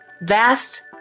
vast